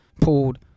pulled